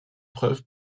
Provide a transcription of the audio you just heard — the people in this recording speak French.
preuve